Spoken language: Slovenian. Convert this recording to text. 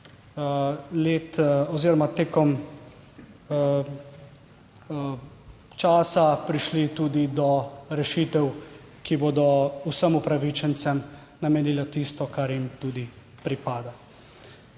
let oziroma tekom časa prišli tudi do rešitev, ki bodo vsem upravičencem namenile tisto, kar jim tudi pripada.